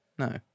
No